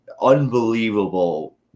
unbelievable